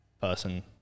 person